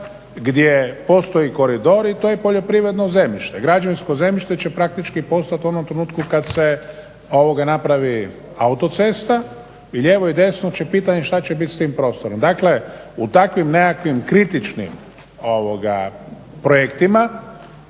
gdje postoji koridor i to je poljoprivredno zemljište, građevinsko zemljište će praktički postat u onom trenutku kad se ovoga napravi autocesta i lijevo i desno će pitanje šta će biti s tim prostorom. Dakle u takvim nekakvim kritičnim projektima